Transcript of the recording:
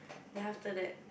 then after that